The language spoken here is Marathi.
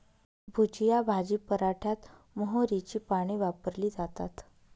भुजिया भाजी पराठ्यात मोहरीची पाने वापरली जातात